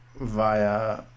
via